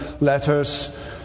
letters